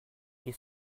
ils